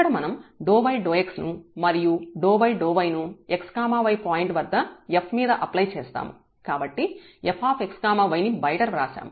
ఇక్కడ మనం ∂x ను మరియు ∂y ను x y పాయింట్ వద్ద f మీద అప్లై చేస్తాము కాబట్టి fx y ని బయట వ్రాశాము